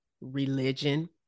religion